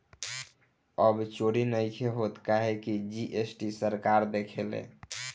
अब चोरी नइखे होत काहे की जी.एस.टी सरकार देखेले